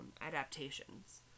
adaptations